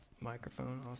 microphone